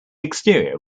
exterior